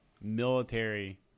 military